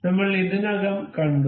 നമ്മൾ ഇതിനകം കണ്ടു